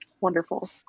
Wonderful